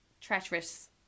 Treacherous